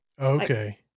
okay